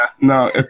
no